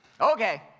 Okay